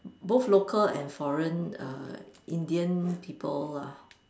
both local and foreign err Indian people lah